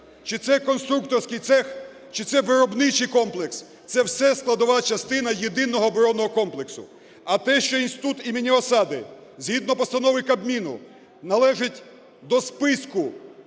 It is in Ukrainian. чи це конструкторський цех, чи це виробничий комплекс – це все складова частина єдиного оборонного комплексу. А те, що інститут імені Я.Ю.Осади згідно постанови Кабміну належить до списку